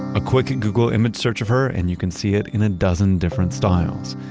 a quick and google image search of her, and you can see it in a dozen different styles,